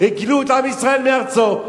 הגלו את עם ישראל מארצו,